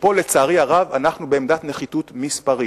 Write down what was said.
ופה לצערי הרב אנחנו בעמדת נחיתות מספרית.